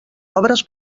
obres